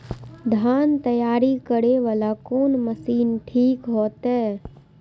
धान तैयारी करे वाला कोन मशीन ठीक होते?